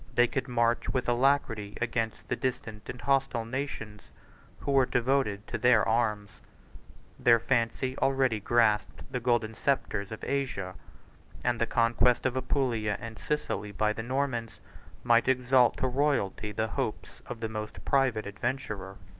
they could march with alacrity against the distant and hostile nations who were devoted to their arms their fancy already grasped the golden sceptres of asia and the conquest of apulia and sicily by the normans might exalt to royalty the hopes of the most private adventurer.